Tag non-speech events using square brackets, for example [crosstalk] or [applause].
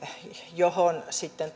johon sitten [unintelligible]